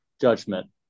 judgment